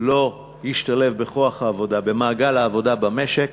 לא ישתלבו במעגל העבודה במשק